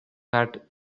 hearts